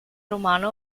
romano